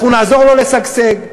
אנחנו נעזור לו לשגשג,